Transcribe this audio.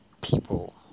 people